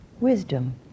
Wisdom